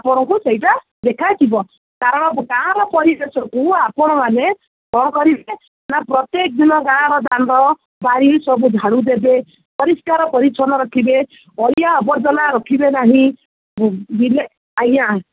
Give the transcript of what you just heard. ଆପଣଙ୍କୁ ସେଇଟା ଦେଖାଯିବ କାରଣ ଗାଁର ପରିବେଶକୁ ଆପଣମାନେ କ'ଣ କରିବେ ନା ପ୍ରତ୍ୟେକ ଦିନ ଗାଁ ଦାଣ୍ଡ ବାରି ସବୁ ଝାଡ଼ୁ ଦେବେ ପରିଷ୍କାର ପରିଚ୍ଛନ୍ନ ରଖିବେ ଅଳିଆ ଅବର୍ଜନା ରଖିବେ ନାହିଁ ଯିବେ ଆଜ୍ଞା